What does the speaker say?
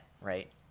right